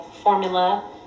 formula